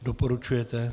Doporučujete?